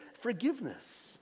forgiveness